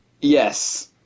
Yes